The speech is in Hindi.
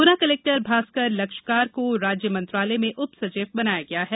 गुना कलेक्टर भास्कर लक्षकार को राज्य मंत्रालय में उपसचिव बनाया गया है